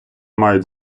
мають